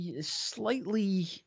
slightly